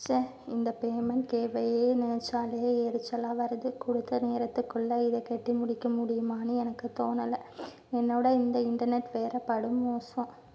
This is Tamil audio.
ச்சே இந்த பேமெண்ட் கேட்வேயை நெனைச்சாலே எரிச்சலாக வருது கொடுத்த நேரத்துக்குள்ளே இதை கட்டி முடிக்க முடியுமான்னு எனக்கு தோணலை என்னோடய இந்த இன்டர்நெட் வேறு படுமோசம்